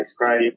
right